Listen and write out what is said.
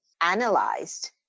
analyzed